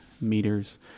meters